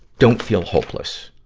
don't feel hopeless.